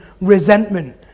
resentment